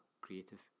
creative